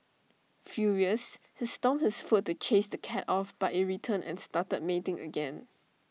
furious he stomped his foot to chase the cat off but IT returned and started A mating again